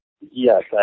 yes